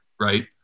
right